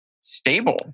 stable